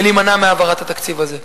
ולהימנע מהעברת התקציב הזה.